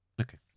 okay